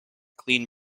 clean